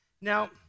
now